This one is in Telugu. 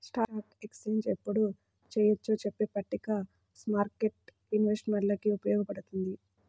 స్టాక్ ఎక్స్చేంజ్ ఎప్పుడు చెయ్యొచ్చో చెప్పే పట్టిక స్మార్కెట్టు ఇన్వెస్టర్లకి ఉపయోగపడుతుంది